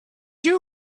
you